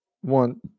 one